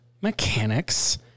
mechanics